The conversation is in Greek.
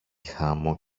χάμω